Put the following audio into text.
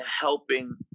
helping